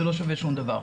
זה לא שווה שום דבר.